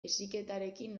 heziketarekin